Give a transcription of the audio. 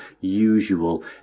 usual